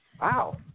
wow